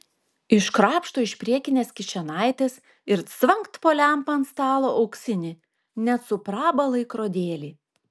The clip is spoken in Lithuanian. iškrapšto iš priekinės kišenaitės ir cvangt po lempa ant stalo auksinį net su praba laikrodėlį